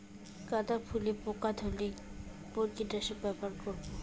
গাদা ফুলে পোকা ধরলে কোন কীটনাশক ব্যবহার করব?